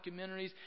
documentaries